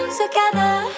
together